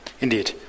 Indeed